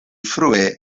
frue